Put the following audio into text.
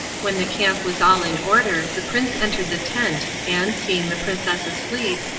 when the camp was all in order the prince entered the tent and, seeing the princess asleep,